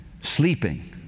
Sleeping